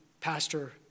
pastor